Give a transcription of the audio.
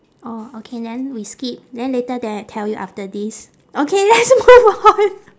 orh okay then we skip then later then I tell you after this okay let's move on